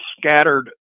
scattered